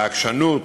העקשנות,